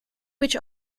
which